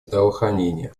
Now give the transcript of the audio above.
здравоохранения